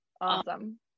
awesome